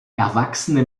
erwachsene